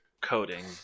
coding